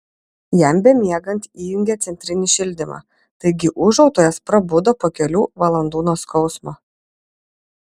jam bemiegant įjungė centrinį šildymą taigi ūžautojas prabudo po kelių valandų nuo skausmo